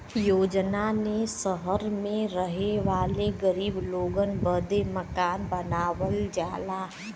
योजना ने सहर मे रहे वाले गरीब लोगन बदे मकान बनावल जाला